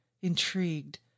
intrigued